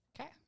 Okay